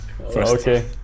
Okay